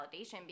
validation